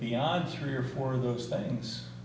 beyond three or four of those things